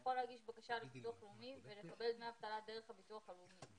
יכול להגיש בקשה לביטוח לאומי ולקבל דמי אבטלה דרך הביטוח הלאומי.